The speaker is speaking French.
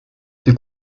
tes